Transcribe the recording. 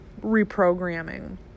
reprogramming